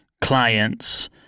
clients